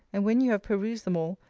and when you have perused them all,